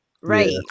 Right